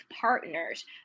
partners